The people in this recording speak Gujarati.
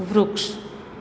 વૃક્ષ